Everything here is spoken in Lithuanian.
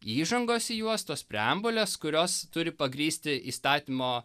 įžangos į juos tos preambulės kurios turi pagrįsti įstatymo